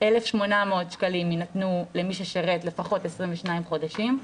1,800 שקלים יינתנו למי ששירת לפחות 22 חודשים,